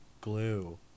glue